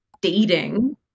dating